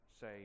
say